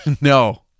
No